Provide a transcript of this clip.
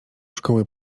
szkoły